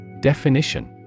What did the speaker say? Definition